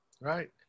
Right